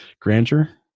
grandeur